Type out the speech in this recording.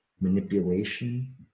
manipulation